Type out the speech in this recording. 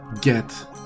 get